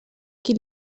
qui